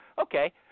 Okay